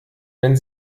wenn